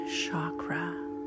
chakra